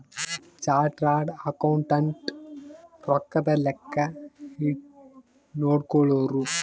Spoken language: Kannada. ಚಾರ್ಟರ್ಡ್ ಅಕೌಂಟೆಂಟ್ ರೊಕ್ಕದ್ ಲೆಕ್ಕ ನೋಡ್ಕೊಳೋರು